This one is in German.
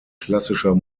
klassischer